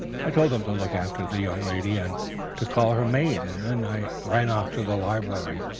i told them to look after the young lady and to call her maid, and then i ran off to the library,